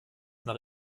nach